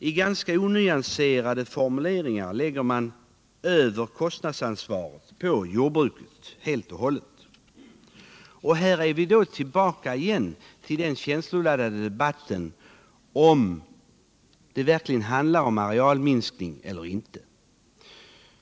I ganska onyanserade formuleringar lägger man över kostnadsansvaret helt och hållet på jordbruket. Vi är därmed tillbaka i den känsloladdade debatten om det här verkligen går ut på arealminskning eller inte.